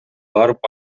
барып